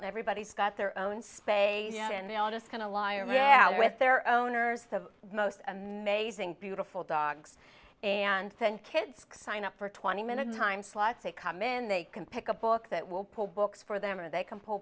and everybody's got their own space and they are just going to lie right now with their owners the most amazing beautiful dogs and send kids sign up for twenty minutes time slots they come in they can pick a book that will pull books for them or they can pull